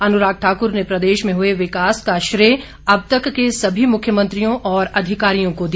अनुराग ठाकुर ने प्रदेश में हुए विकास का श्रेय अब तक के सभी मुख्यमंत्रियों और अधिकारियों को दिया